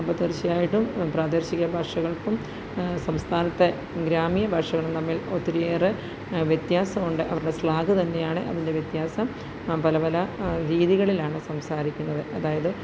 അപ്പം തീർച്ചയായിട്ടും പ്രാദേശിക ഭാഷകൾക്കും സംസ്ഥാനത്തെ ഗ്രാമീണഭാഷകൾക്കും തമ്മിൽ ഒത്തിരിയേറെ വ്യത്യാസമുണ്ട് അവരുടെ സ്ലാങ് തന്നെയാണ് അതിൻ്റെ വ്യത്യാസം നാം പല പല രീതികളിലാണ് സംസാരിക്കുന്നതു അതായതു